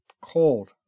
cold